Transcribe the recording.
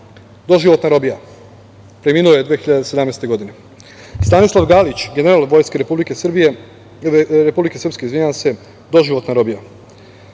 doživotna robija, preminuo je 2017. godine, Stanislav Galić, general Vojske Republike Srpske – doživotna robija,